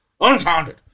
Unfounded